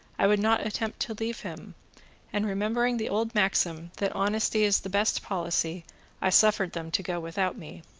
i would not attempt to leave him and, remembering the old maxim, that honesty is the best policy i suffered them to go without me.